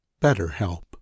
BetterHelp